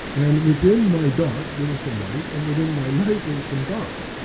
and within my dark there was some light, and within my light there was some dark,